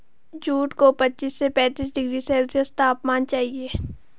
jute को पच्चीस से पैंतीस डिग्री सेल्सियस तापमान चाहिए